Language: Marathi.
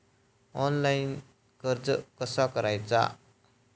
ऑनलाइन कर्ज कसा करायचा?